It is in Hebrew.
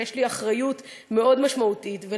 ויש לי אחריות מאוד משמעותית,